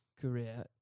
career